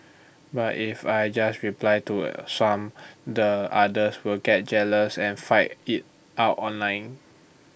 but if I just reply to some the others will get jealous and fight IT out online